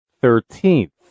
Thirteenth